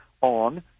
on